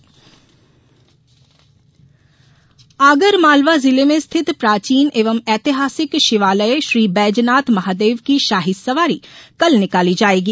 शाही सवारी आगरमालवा जिले में स्थित प्राचीन एवं ऐतिहासिक शिवालय श्री बैजनाथ महादेव की शाही सवारी कल निकाली जाएगी